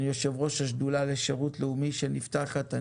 אני יו"ר השדולה לשירות לאומי שנפתחת,